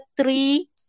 three